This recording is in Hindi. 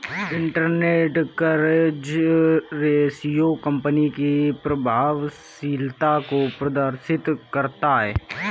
इंटरेस्ट कवरेज रेशियो कंपनी की प्रभावशीलता को प्रदर्शित करता है